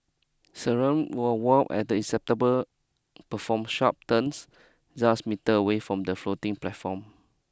Siren will wail as the perform sharp turns metre away from the floating platform